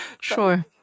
Sure